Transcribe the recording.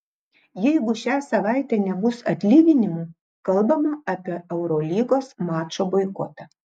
jeigu šią savaitę nebus atlyginimų kalbama apie eurolygos mačo boikotą